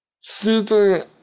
super